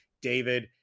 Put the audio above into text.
David